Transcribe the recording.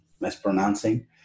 mispronouncing